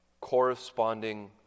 Corresponding